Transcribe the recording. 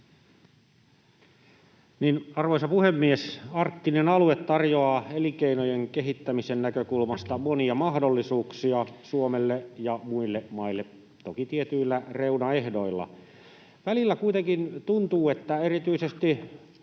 Arvoisa puhemies! Arktinen alue tarjoaa elinkeinojen kehittämisen näkökulmasta monia mahdollisuuksia Suomelle ja muille maille, toki tietyillä reunaehdoilla. Välillä kuitenkin tuntuu, että erityisesti